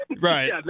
Right